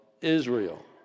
Israel